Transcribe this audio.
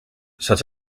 such